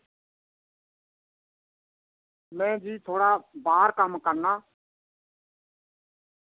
में जी थोह्ड़ा बाहर कम्म करना